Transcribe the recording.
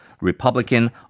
Republican